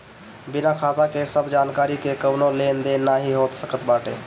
बिना खाता के सब जानकरी के कवनो लेन देन नाइ हो सकत बाटे